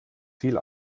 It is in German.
viel